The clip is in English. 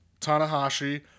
Tanahashi